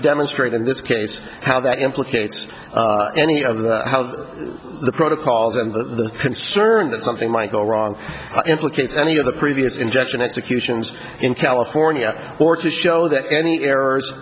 demonstrate in this case how that implicates any of that how the protocols and the concern that something might go wrong implicates any of the previous ingestion executions in california or to show that any errors